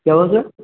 क्या हुआ सर